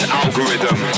algorithm